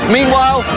Meanwhile